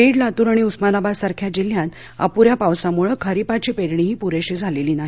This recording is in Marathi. बीड लातूर आणि उस्मानाबाद सारख्या जिल्ह्यात तर अपूऱ्या पावसामुळं खरिपाची पेरणीही पुरेशी झालेली नाही